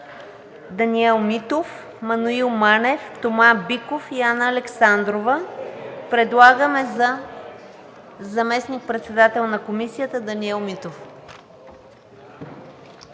Даниел Митов, Маноил Манев, Тома Биков и Анна Александрова. Предлагаме за заместник председател на Комисията Даниел Митов.